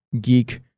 geek